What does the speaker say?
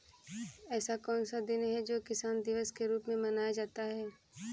ऐसा कौन सा दिन है जो किसान दिवस के रूप में मनाया जाता है?